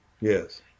Yes